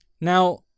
Now